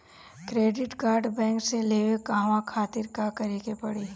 Credit card bank से लेवे कहवा खातिर का करे के पड़ी?